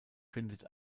findet